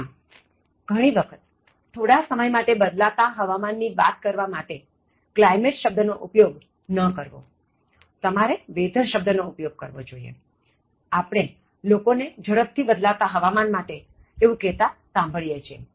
આમઘણી વખતથોડા સમય માટે બદલાતા હવામાનની વાત કરવા માટે climate શબ્દ નો ઉપયોગ ન કરવોતમારે weather શબ્દનો ઉપયોગ કરવોઆપણે લોકોને ઝ્ડપથી બદલાતા હવામાન માટે એવું કહેતા સાંભળીએ છીએ